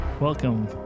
Welcome